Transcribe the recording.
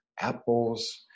Apples